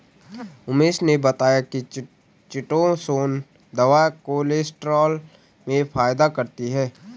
उमेश ने बताया कि चीटोसोंन दवा कोलेस्ट्रॉल में फायदा करती है